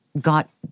got